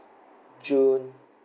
june